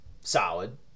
Solid